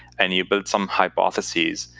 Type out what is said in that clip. and you build some hypotheses,